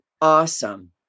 awesome